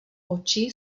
oči